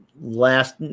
last